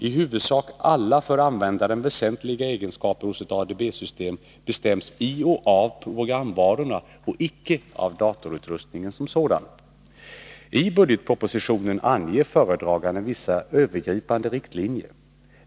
I huvudsak alla för användaren väsentliga egenskaper hos ett ADB-system bestäms i och av programvarorna och icke av datorutrustningen som sådan. I budgetpropositionen anger föredraganden vissa övergripande riktlinjer.